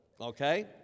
okay